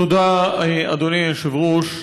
תודה, אדוני היושב-ראש.